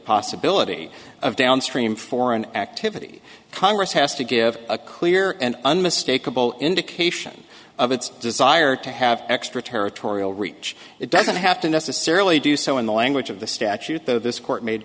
possibility of downstream for an activity congress has to give a clear and unmistakable indication of its desire to have extra territorial reach it doesn't have to necessarily do so in the language of the statute though this court made